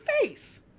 face